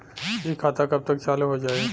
इ खाता कब तक चालू हो जाई?